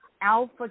Alpha